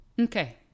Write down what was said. Okay